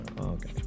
Okay